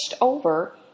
over